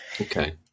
Okay